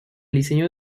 diseño